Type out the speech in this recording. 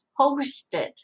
hosted